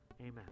Amen